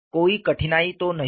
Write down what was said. कोई कठिनाई तो नहीं है